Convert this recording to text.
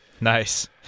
Nice